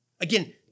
Again